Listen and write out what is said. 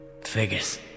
Figures